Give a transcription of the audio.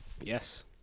yes